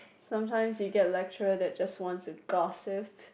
sometimes we get lecturer that just wants to gossip